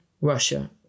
Russia